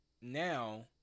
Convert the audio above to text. now